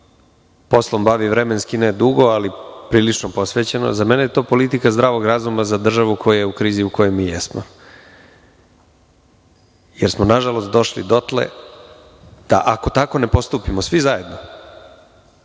poslom bavi, vremenski ne dugo ali prilično posvećeno, za mene je to politika zdravog razuma za državu koja je u krizi u kojoj mi jesmo, jer smo nažalost došli dotle da, ako tako ne postupimo svi zajedno,